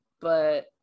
but-